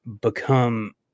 become